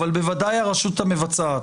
אבל בוודאי הרשות המבצעת,